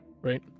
Right